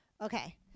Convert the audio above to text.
Okay